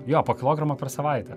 jo po kilogramą per savaitę